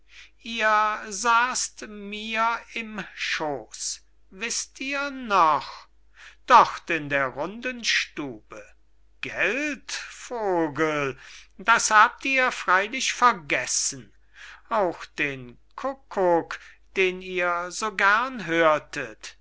ihr saßt mir im schoos wißt ihr noch dort in der runden stube gelt vogel das habt ihr freylich vergessen auch den kukuk den ihr so gern hörtet